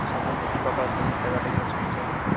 ସବୁ ପ୍ରକାର ସବୁ ଦେବାଦେବୀ ଅଛନ୍ତି ସେଠି